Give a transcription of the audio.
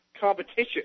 competition